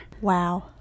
Wow